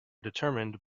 determined